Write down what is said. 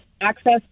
access